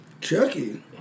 Chucky